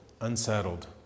unsettled